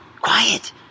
quiet